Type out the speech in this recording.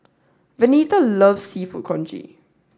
Venita loves seafood congee